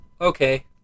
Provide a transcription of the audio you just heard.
okay